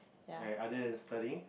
like other than studying